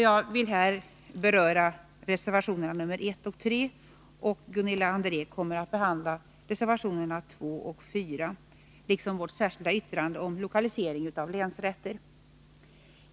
Jag vill här beröra reservationerna nr 1 och 3, och Gunilla André kommer att behandla reservationerna nr 2 och 4 och vårt särskilda yttrande om lokaliseringen av länsrätter.